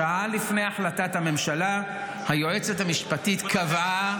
שעה לפני החלטת הממשלה היועצת המשפטית קבעה